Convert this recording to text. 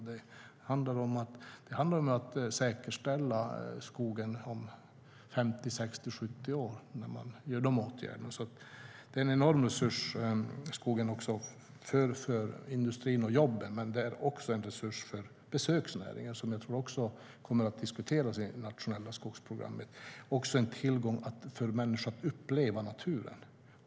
Det handlar om att säkerställa skogen om 50, 60, 70 år när man vidtar åtgärder. Skogen är en enorm resurs för industrin och jobben men också för besöksnäringen, som jag tror kommer att diskuteras i det nationella skogsprogrammet. Skogen är en tillgång för att människor ska kunna uppleva naturen.